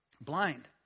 blind